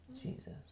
Jesus